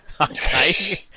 Okay